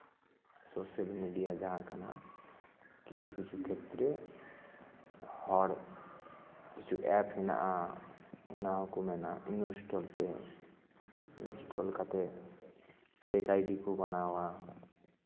social media ᱡᱟᱦᱟᱸ ᱠᱟᱱᱟ ᱠᱤᱪᱷᱩ ᱠᱤᱪᱷᱩ ᱠᱷᱮᱛᱨᱮ ᱦᱚᱲ ᱠᱤᱪᱷᱩ ᱮᱯ ᱦᱮᱱᱟᱜᱼᱟ ᱚᱱᱟ ᱦᱚᱸᱠᱚ ᱢᱮᱱᱟ ᱤᱱᱚᱥᱴᱚᱞ ᱯᱮ ᱤᱱᱚᱥᱴᱚᱞ ᱠᱟᱛᱮᱫ ᱯᱷᱮᱠ ᱟᱭᱰᱤ ᱠᱚ ᱵᱮᱱᱟᱣᱟ